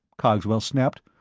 cogswell snapped.